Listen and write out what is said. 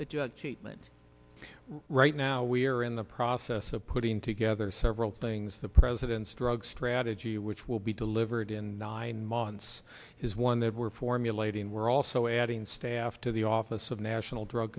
it right now we are in the process of putting together several things the president's drug strategy which will be delivered in nine months is one that we're formulating we're also adding staff to the office of national drug